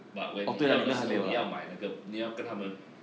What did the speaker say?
but 你要的时候你要买那个你要跟他们